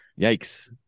Yikes